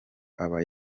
aba